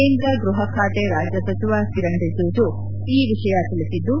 ಕೇಂದ್ರ ಗೃಹ ಖಾತೆ ರಾಜ್ಯ ಸಚಿವ ಕಿರಣ್ ರಿಜಿಜು ಈ ವಿಷಯ ತಿಳಿಸಿದ್ದು